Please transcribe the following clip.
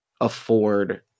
afford